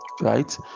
right